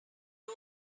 doe